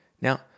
Now